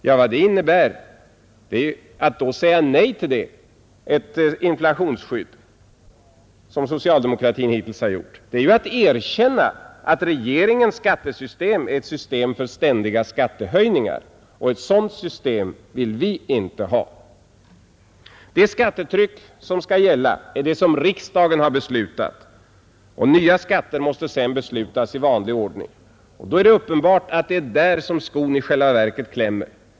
Ja, att då säga nej till ett inflationsskydd, som socialdemokratin hittills har gjort, det är ju att erkänna att regeringens skattesystem är ett system för ständiga skattehöjningar, och ett sådant system vill vi inte ha. Det skattetryck som skall gälla är det som riksdagen har beslutat, och nya skatter måste sedan beslutas i vanlig ordning. Det är uppenbart att det är där som skon i själva verket klämmer.